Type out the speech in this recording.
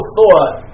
thought